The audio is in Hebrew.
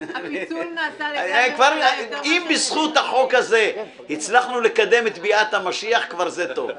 אם בזכות החוק הזה הצלחנו לקדם את ביאת המשיח כבר זה טוב.